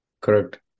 Correct